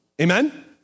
Amen